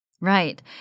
Right